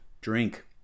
drink